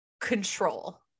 control